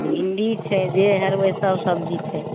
भिण्डी छै जे हेरबै सभ सब्जी छै